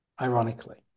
ironically